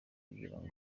kugirango